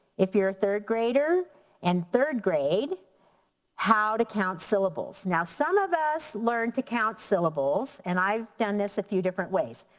if you're a third grader and third grade how to count syllables. now some of us learn to count syllables and i've done this a few different ways.